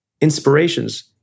Inspirations